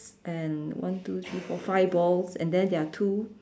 and one two three four five balls and then there are two